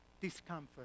discomfort